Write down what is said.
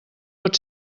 pot